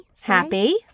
Happy